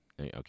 Okay